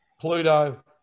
Pluto